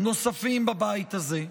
נוספים בבית הזה.